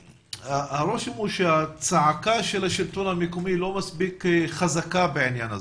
הרושם הוא שהצעקה של השלטון המקומי לא מספיק חזקה בעניין הזה,